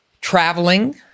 traveling